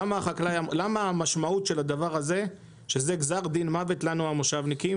למה המשמעות של הדבר הזה שזה גזר דין מוות לנו המושבניקים.